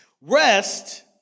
Rest